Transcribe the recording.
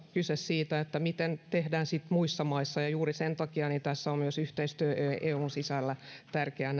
on kyse siitä miten tehdään muissa maissa ja juuri sen takia näissä tapauksissa on myös yhteistyö eun sisällä tärkeä